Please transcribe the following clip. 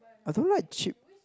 I don't like cheap